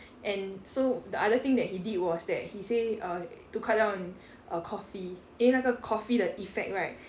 and so the other thing that he did was that he say err to cut down on err coffee eh 那个 coffee 的 effect right